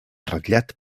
ratllat